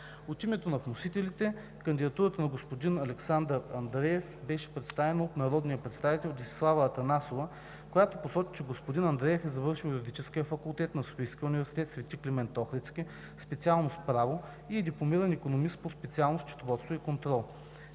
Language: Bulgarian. От името на вносителите кандидатурата на господин Александър Андреев беше представена от народния представител Десислава Атанасова, която посочи, че господин Андреев е завършил Юридическия факултет на Софийския университет „Св. Климент Охридски“, специалност „Право“, и е дипломиран икономист по специалност „Счетоводство и контрол“.